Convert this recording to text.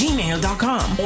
Gmail.com